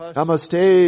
Namaste